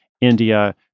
India